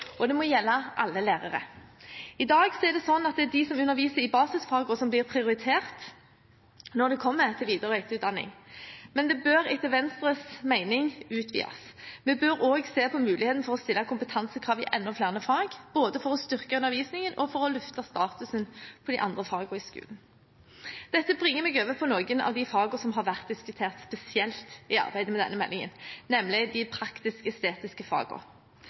og det må gjelde alle lærere. I dag er det sånn at det er de som underviser i basisfagene, som blir prioritert når det kommer til videre- og etterutdanning, men det bør etter Venstres mening utvides. Vi bør også se på mulighetene for å stille kompetansekrav i enda flere fag, både for å styrke undervisningen og for å løfte statusen til de andre fagene i skolen. Dette bringer meg over på noen av de fagene som har vært diskutert spesielt i arbeidet med denne meldingen, nemlig de